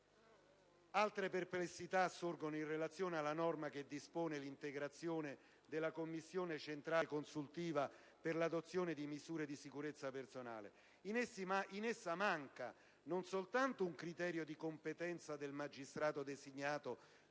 Altre perplessità sorgono in relazione alla norma che dispone l'integrazione della Commissione centrale consultiva per l'adozione di misure di sicurezza personale. In essa manca non soltanto un criterio di competenza del magistrato designato